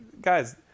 Guys